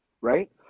right